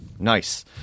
Nice